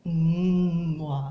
mm !wah!